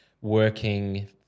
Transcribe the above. working